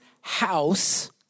house